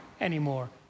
anymore